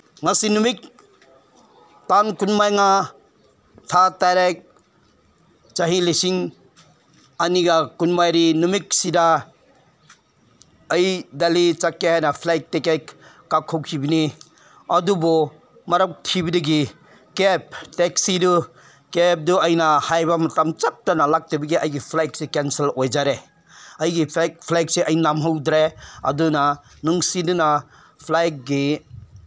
ꯉꯁꯤ ꯅꯨꯃꯤꯠ ꯇꯥꯡ ꯀꯨꯟꯃꯉꯥ ꯊꯥ ꯇꯔꯦꯠ ꯆꯍꯤ ꯂꯤꯁꯤꯡ ꯑꯅꯤꯒ ꯀꯨꯟꯃꯔꯤ ꯅꯨꯃꯤꯠꯁꯤꯗ ꯑꯩ ꯗꯦꯂꯤ ꯆꯠꯀꯦ ꯍꯥꯏꯅ ꯐ꯭ꯂꯥꯏꯠ ꯇꯤꯀꯦꯠ ꯀꯛꯊꯣꯛꯈꯤꯕꯅꯤ ꯑꯗꯨꯕꯨ ꯂꯥꯏꯕꯛ ꯊꯤꯕꯗꯒꯤ ꯀꯦꯞ ꯇꯦꯛꯁꯤꯗꯨ ꯀꯦꯞꯗꯨ ꯑꯩꯅ ꯍꯥꯏꯕ ꯃꯇꯝ ꯆꯞꯇꯅ ꯂꯥꯛꯇꯕꯒꯤ ꯑꯩꯒꯤ ꯐ꯭ꯂꯥꯏꯠꯁꯤ ꯀꯦꯟꯁꯦꯜ ꯑꯣꯏꯖꯔꯦ ꯑꯩꯒꯤ ꯐ꯭ꯂꯥꯏꯠ ꯐ꯭ꯂꯥꯜꯏꯠꯁꯤ ꯑꯩ ꯅꯪꯍꯧꯗ꯭ꯔꯦ ꯑꯗꯨꯅ ꯅꯨꯡꯁꯤꯗꯨꯅ ꯐ꯭ꯂꯥꯏꯠꯒꯤ